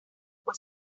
fue